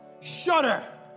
shudder